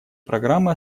программы